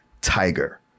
tiger